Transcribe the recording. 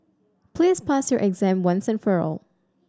please pass your exam once and for all